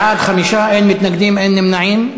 בעד, 5, אין מתנגדים, אין נמנעים.